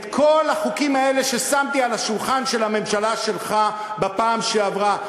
לכל החוקים האלה ששמתי על שולחן הממשלה שלך בפעם שעברה,